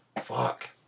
Fuck